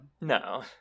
No